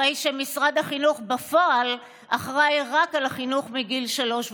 הרי משרד החינוך בפועל אחראי רק לחינוך מגיל שלוש ומעלה,